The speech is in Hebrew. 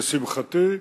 לשמחתי,